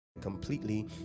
completely